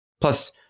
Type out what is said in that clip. Plus